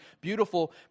beautiful